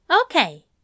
Okay